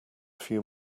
few